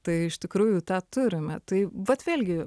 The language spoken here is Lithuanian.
tai iš tikrųjų tą turime tai vat vėlgi